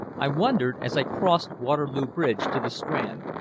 i wondered as i crossed waterloo bridge to the strand,